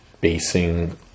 basing